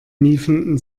miefenden